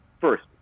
first